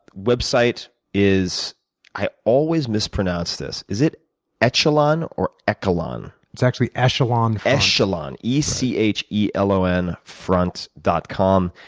website is i always mispronounce this. is it echelon or eckelon? it's actually echelon. echelon. e c h e l o n front dot com.